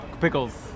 pickles